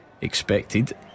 expected